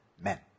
men